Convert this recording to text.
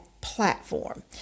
platform